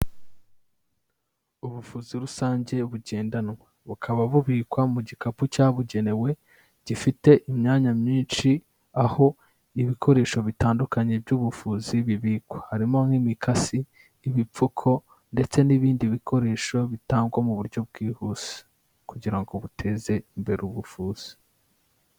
Ubuvuzi rusange bugendanwa. Bukaba bubikwa mu gikapu cyabugenewe, gifite imyanya myinshi, aho ibikoresho bitandukanye by'ubuvuzi bibikwa. Harimo nk'imikasi, ibipfuko ndetse n'ibindi bikoresho bitangwa mu buryo bwihuse kugira ngo buteze imbere ubuvuzi.